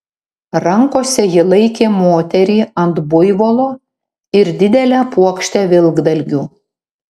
rankose ji laikė moterį ant buivolo ir didelę puokštę vilkdalgių